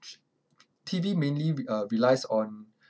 T_V mainly r~ uh relies on